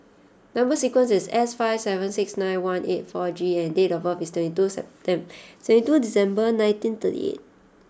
number sequence is S five seven six nine one eight four G and date of birth is twenty two second twenty two December nineteen thirty eight